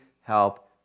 help